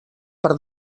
per